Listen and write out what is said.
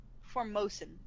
Formosan